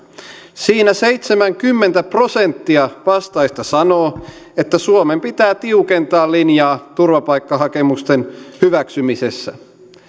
siinä seitsemänkymmentä prosenttia vastaajista sanoo että suomen pitää tiukentaa linjaa turvapaikkahakemusten hyväksymisessä